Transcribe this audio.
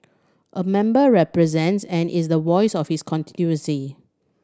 a member represents and is the voice of his constituency